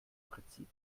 prinzip